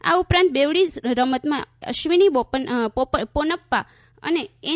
આ ઉપરાંત બેવડી રમતમાં અશ્વિની પોનપ્પા અને એન